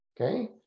Okay